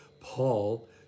Paul